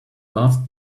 last